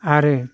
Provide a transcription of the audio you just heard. आरो